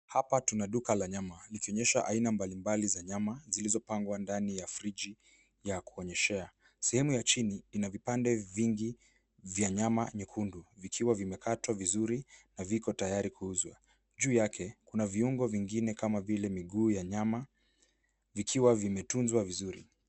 Hapa tuna duka la nyama likionyesha aina mbalimbali za nyama zilizopangwa ndani ya friji ya kuonyeshea ,sehemu ya chini ina vipande vingi vya nyama nyekundu vikiwa vimekatwa vizuri na viko tayari kuuzwa, juu yake kuna viungo vingine kama vile miguu ya nyama ikiwa vimetunzwa vizuri.